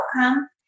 outcome